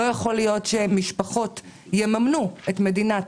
לא יכול להיות שמשפחות יממנו את מדינת